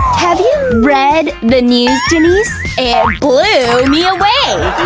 have you red the news, denise? it blue me away!